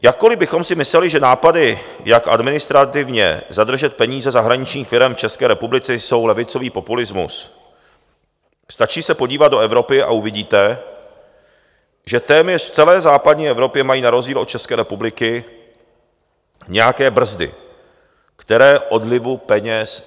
Jakkoli bychom si mysleli, že nápady, jak administrativně zadržet peníze zahraničních firem v České republice, jsou levicový populismus, stačí se podívat do Evropy a uvidíte, že téměř v celé západní Evropě mají na rozdíl od České republiky nějaké brzdy, které odlivu peněz brání.